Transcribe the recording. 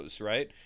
right